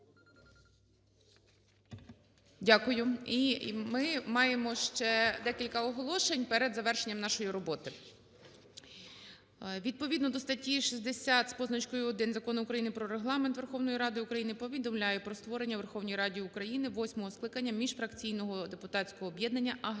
Дякую. І ми маємо ще декілька оголошень перед завершенням нашої роботи. Відповідно до статті 60 з позначкою 1 Закону України "Про Регламент Верховної Ради України" повідомляю про створення у Верховній Раді України восьмого скликання міжфракційного депутатського об'єднання "Аграрна